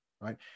right